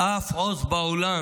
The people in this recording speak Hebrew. בעולם